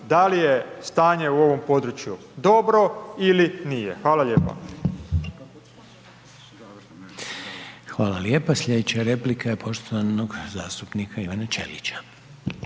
da li je stanje u ovom području dobro ili nije? Hvala lijepa. **Reiner, Željko (HDZ)** Hvala lijepa. Slijedeća replika je poštovanog zastupnika Ivana Ćelića.